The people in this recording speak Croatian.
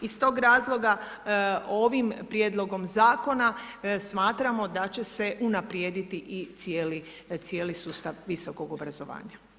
Iz tog razloga ovim prijedlogom zakona smatramo da će se unaprijediti i cijeli sustav visokog obrazovanja.